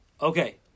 Okay